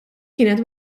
kienet